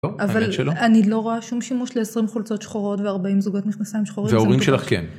אבל אני לא רואה שום שימוש ל-20 חולצות שחורות ו-40 זוגות מכנסיים שחורים.